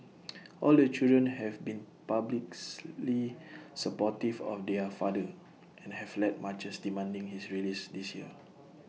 all the children have been publics lee supportive of their father and have led marches demanding his release this year